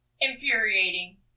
infuriating